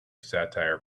satire